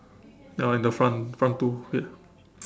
ya in the front front two ya